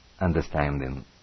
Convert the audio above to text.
understanding